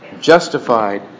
justified